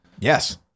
Yes